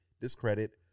discredit